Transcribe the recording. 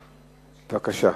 בבקשה.